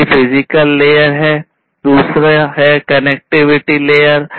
पहली physical layer